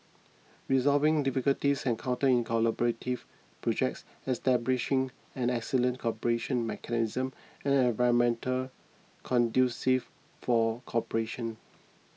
resolving difficulties encountered in collaborative projects establishing an excellent cooperation mechanism and an environment conducive for cooperation